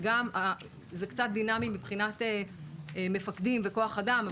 וזה קצת דינמי מבחינת המפקדים וכוח האדם.